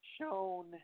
shown